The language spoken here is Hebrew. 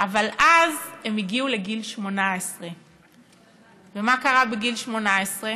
אבל אז הם הגיעו לגיל 18. ומה קרה בגיל 18?